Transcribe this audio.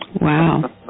Wow